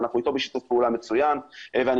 ואנחנו אתו בשיתוף פעולה מצוין ואני